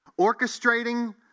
orchestrating